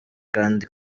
kandi